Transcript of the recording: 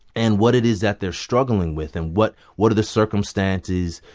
and what it is that they're struggling with and what what are the circumstances,